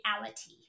reality